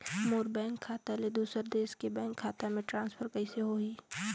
मोर bank खाता ले दुसर देश के बैंक खाता मे ट्रांसफर कइसे होही?